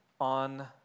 on